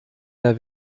der